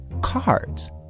cards